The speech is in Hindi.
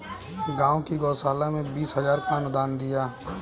गांव की गौशाला में बीस हजार का अनुदान दिया